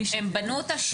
הם בנו אותה שנה.